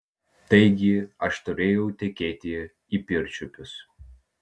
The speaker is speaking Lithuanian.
taigi aš turėjau tekėti į pirčiupius